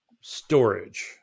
storage